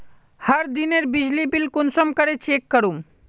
हर दिनेर बिजली बिल कुंसम करे चेक करूम?